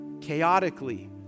Chaotically